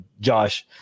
josh